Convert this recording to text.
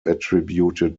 attributed